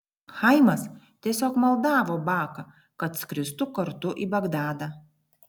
chaimas tiesiog maldavo baką kad skristų kartu į bagdadą